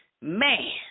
Man